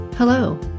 Hello